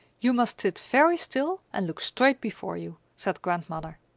you must sit very still and look straight before you, said grandmother.